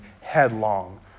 headlong